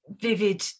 vivid